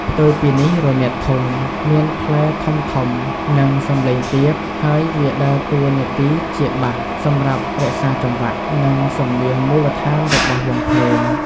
ផ្ទុយពីនេះ រនាតធុង មានផ្លែធំៗ និងសំឡេងទាប ហើយវាដើរតួនាទីជា បាស សម្រាប់រក្សាចង្វាក់ និងសំនៀងមូលដ្ឋានរបស់វង់ភ្លេង។